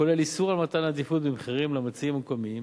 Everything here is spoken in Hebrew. כולל איסור על מתן עדיפות במחירים למציעים מקומיים,